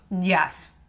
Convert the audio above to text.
yes